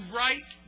right